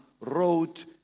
wrote